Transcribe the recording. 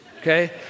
okay